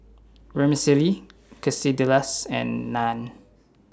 Vermicelli Quesadillas and Naan